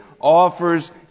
offers